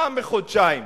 פעם בחודשיים,